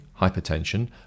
hypertension